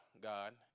God